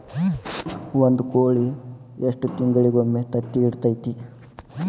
ಒಂದ್ ಕೋಳಿ ಎಷ್ಟ ತಿಂಗಳಿಗೊಮ್ಮೆ ತತ್ತಿ ಇಡತೈತಿ?